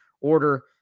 order